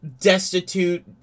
destitute